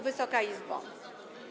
Wysoka Izbo!